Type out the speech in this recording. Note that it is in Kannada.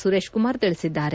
ಸುರೇಶ್ ಕುಮಾರ್ ತಿಳಿಸಿದ್ದಾರೆ